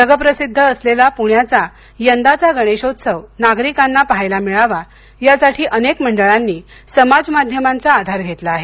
जगप्रसिद्ध असलेला पुण्याचा यंदाचा गणेशोत्सव नागरिकांना पाहायला मिळावा यासाठी अनेक मंडळांनी समाज माध्यमांचा आधार घेतला आहे